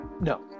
No